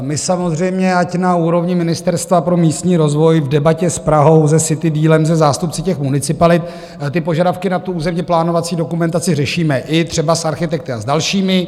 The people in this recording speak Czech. My samozřejmě, ať na úrovni Ministerstva pro místní rozvoj v debatě s Prahou, se CityDealem, se zástupci municipalit, požadavky na územněplánovací dokumentaci řešíme, i třeba s architekty a s dalšími.